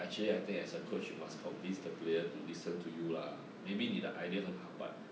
actually I think as a coach you must convince the player listen to you lah maybe 你的 idea 很好 but